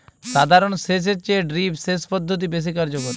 সাধারণ সেচ এর চেয়ে ড্রিপ সেচ পদ্ধতি বেশি কার্যকর